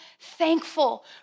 thankful